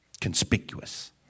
conspicuous